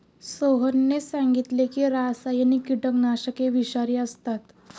सोहनने सांगितले की रासायनिक कीटकनाशके विषारी असतात